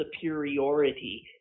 superiority